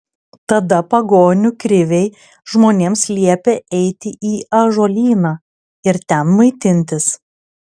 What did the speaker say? tada pagonių kriviai žmonėms liepė eiti į ąžuolyną ir ten maitintis